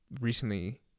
recently